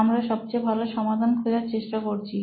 আমরা সবচেয়ে ভালো সমাধান খোঁজার চেষ্টা করছি